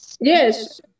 Yes